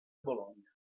bologna